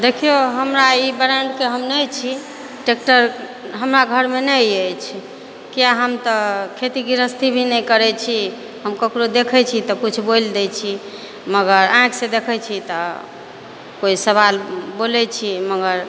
देखियौ हमरा ई ब्राण्डके हम नहि छी ट्रेक्टर हमरा घरमे नहि अछि किएक हम तऽ खेती गृहस्थी भी नहि करै छी हम ककरो देखै छी तऽ कुछ बोलि दै छी मगर आँखिसँ देखै छी तऽ कोइ सवाल बोलै छियै मगर